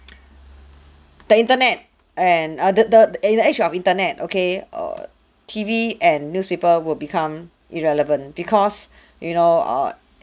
the internet and err the the in the age of internet okay err T_V and newspaper will become irrelevant because you know err